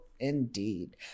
Indeed